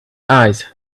eyes